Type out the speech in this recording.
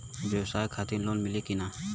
ब्यवसाय खातिर लोन मिली कि ना?